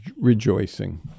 rejoicing